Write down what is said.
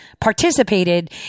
participated